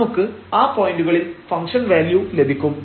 നമുക്ക് ആ പോയന്റുകളിൽ ഫംഗ്ഷൻ വാല്യൂ ലഭിക്കും